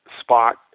spot